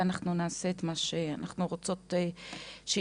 ואנחנו נעשה את מה שאנחנו רוצות שיקרה.